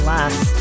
Last